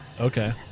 Okay